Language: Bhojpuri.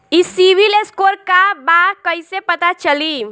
ई सिविल स्कोर का बा कइसे पता चली?